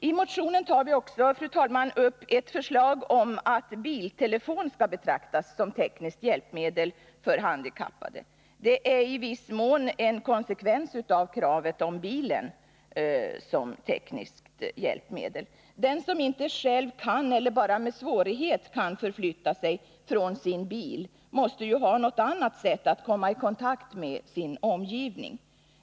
I motionen tar vi, fru talman, också upp ett förslag om att biltelefon skall betraktas som tekniskt hjälpmedel för handikappade. Detta är i viss mån en konsekvens av kravet att bilen skall betraktas som tekniskt hjälpmedel. Den som inte själv, eller bara med svårighet, kan förflytta sig från sin bil måste ju ha något annat sätt att komma i kontakt med sin omgivning.